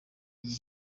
iki